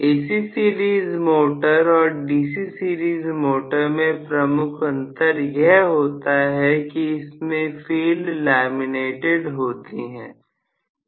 AC series motor और DC series motor में प्रमुख अंतर यह होता है कि इसमें फील्ड लैमिनेटेड होती है